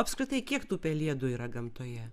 apskritai kiek tų pelėdų yra gamtoje